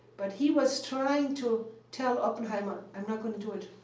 but he was trying to tell oppenheimer, i'm not going to do it.